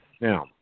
Now